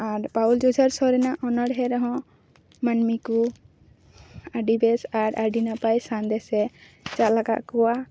ᱟᱨ ᱯᱟᱣᱩᱞ ᱡᱩᱡᱷᱟᱹᱨ ᱥᱚᱨᱮᱱᱟᱜ ᱚᱱᱲᱦᱮᱫ ᱨᱮᱦᱚᱸ ᱢᱟᱹᱱᱢᱤ ᱠᱚ ᱟᱹᱰᱤ ᱵᱮᱥ ᱟᱨ ᱟᱹᱰᱤ ᱱᱟᱯᱟᱭ ᱥᱟᱸᱫᱮᱥᱮ ᱪᱟᱞᱟᱠᱟᱫ ᱠᱚᱣᱟ